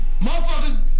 Motherfuckers